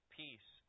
peace